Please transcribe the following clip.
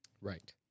Right